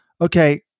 okay